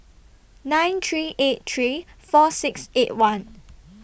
nine three eight three four six eight one